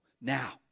Now